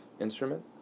instrument